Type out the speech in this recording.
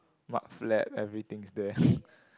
mudflat everything's there